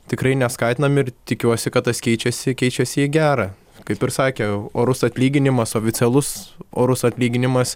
tikrai neskatinam ir tikiuosi kad tas keičiasi keičiasi į gera kaip ir sakė orus atlyginimas oficialus orus atlyginimas